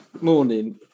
morning